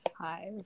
five